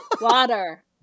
Water